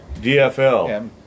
DFL